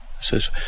says